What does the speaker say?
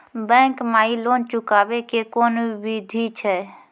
Bank माई loan चुकाबे के कोन बिधि छै?